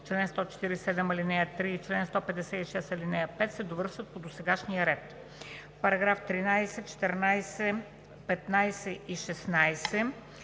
чл. 147, ал. 3 и чл. 156, ал. 5, се довършват по досегашния ред.“ Параграфи 13, 14, 15 и 16.